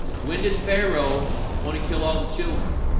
when did pharaoh want to kill all the children?